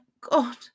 God